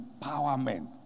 empowerment